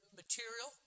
material